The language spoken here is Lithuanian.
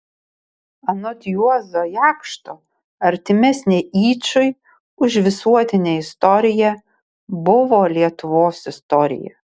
anot juozo jakšto artimesnė yčui už visuotinę istoriją buvo lietuvos istorija